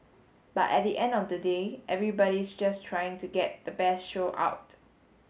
but at the end of the day everybody's just trying to get the best show out